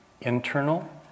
internal